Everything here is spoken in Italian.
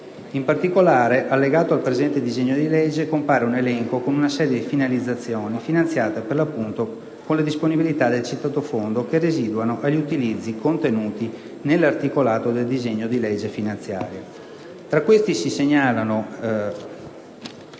In particolare, allegato al disegno di legge, compare un elenco con una serie di finalizzazioni finanziate, per l'appunto, con le disponibilità del Fondo in questione che residuano agli utilizzi contenuti nell'articolato del disegno di legge. Tra queste si segnalano: